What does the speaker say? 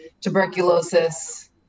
Tuberculosis